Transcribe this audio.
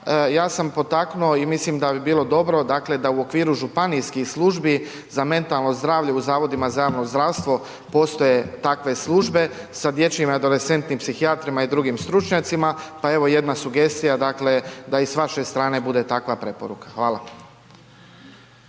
Ja sam potaknuo i mislim da bi bilo dobro dakle, da u okviru županijskih službi za mentalno zdravlje u zavodima za javno zdravstvo postoje takve službe sa dječjim i adolescentnim psihijatrima i drugim stručnjacima, pa evo, jedna sugestija, dakle, da i s vaše strane bude takva preporuka. Hvala.